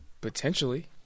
Potentially